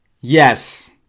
Yes